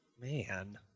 Man